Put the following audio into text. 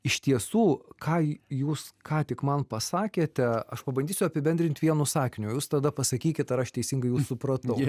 iš tiesų ką jūs ką tik man pasakėte aš pabandysiu apibendrint vienu sakiniu jūs tada pasakykit ar aš teisingai jus supratau